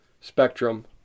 Spectrum